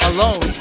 Alone